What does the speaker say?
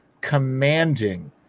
commanding